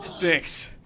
Thanks